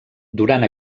durant